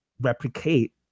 replicate